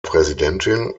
präsidentin